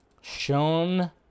shown